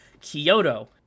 kyoto